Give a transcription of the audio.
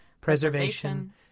preservation